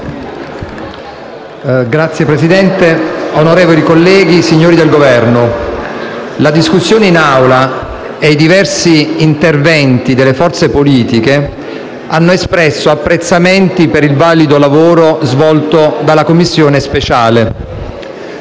Signor Presidente, onorevoli colleghi, signori del Governo, la discussione in Aula e i diversi interventi delle forze politiche hanno espresso apprezzamento per il valido lavoro svolto dalla Commissione speciale,